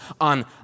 on